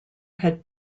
had